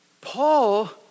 Paul